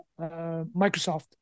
Microsoft